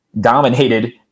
dominated